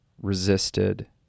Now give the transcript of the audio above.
resisted